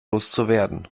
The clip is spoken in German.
loszuwerden